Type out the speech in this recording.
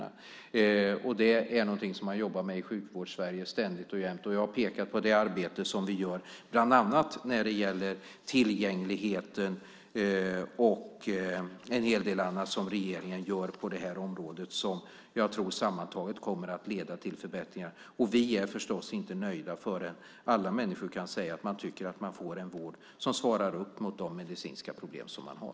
Det är något som man ständigt och jämt jobbar med i Sjukvårds-Sverige. Jag har pekat på det arbete som vi gör när det gäller tillgängligheten och en hel del annat som regeringen gör på området och som sammantaget, tror jag, kommer att leda till förbättringar. Men vi är förstås inte nöjda förrän alla människor kan säga att de tycker att de får en vård som svarar mot de medicinska problem som de har.